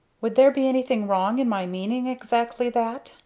would there be anything wrong in my meaning exactly that?